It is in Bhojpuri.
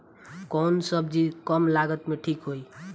कौन सबजी कम लागत मे ठिक होई?